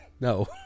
No